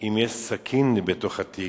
אם יש סכין בתוך התיק.